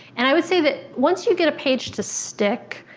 and i would say that once you get a page to stick,